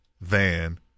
Van